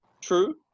true